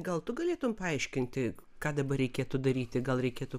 gal tu galėtum paaiškinti ką dabar reikėtų daryti gal reikėtų